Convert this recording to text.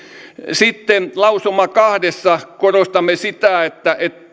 sitten lausuma kahdessa korostamme sitä että